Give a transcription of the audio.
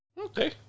Okay